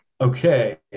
Okay